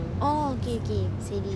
orh K K சேரி:seri